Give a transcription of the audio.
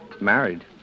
married